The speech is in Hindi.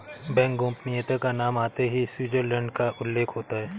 बैंक गोपनीयता का नाम आते ही स्विटजरलैण्ड का उल्लेख होता हैं